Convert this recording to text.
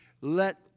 Let